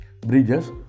Bridges